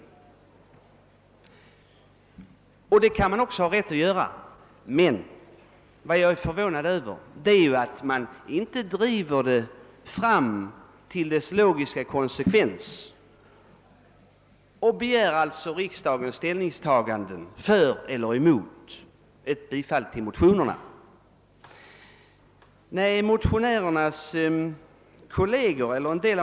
Det kan man också ha rätt att göra. Men jag är förvånad över att motionärerna inte är konsekventa och yrkar bifall till sina motioner när man nu varken tror på LO eller regering. Det är det som gör hela denna debatt så underlig och snedvriden.